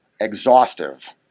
exhaustive